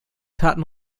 taten